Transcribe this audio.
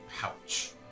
pouch